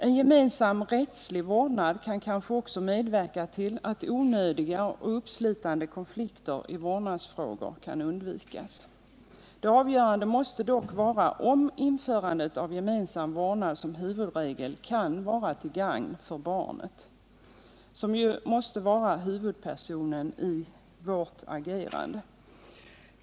En gemensam rättslig vårdnad kan kanske också medverka till att onödiga och uppslitande konflikter i vårdnadsfrågor undviks. Det avgörande måste dock vara om införandet av gemensam vårdnad som huvudregel kan vara till gagn för barnet, som ju måste vara huvudpersonen vid vårt agerande.